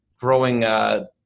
growing